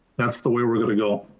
that's the way we're gonna go.